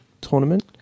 tournament